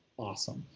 awesome.